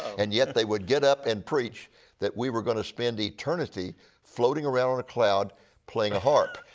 and yet, they would get up and preach that we were going to spend eternity floating around on a cloud playing a harp.